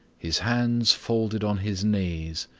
his hands folded on his knees,